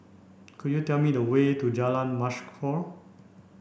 could you tell me the way to Jalan Mashhor